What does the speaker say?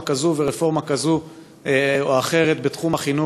כזו ורפורמה כזו או אחרת בתחום החינוך.